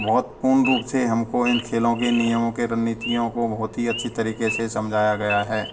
बहुत पूर्ण रूप से हमें इन खेलों के नियमों के रणनीतियों को बहुत ही अच्छे तरीके से समझाया गया है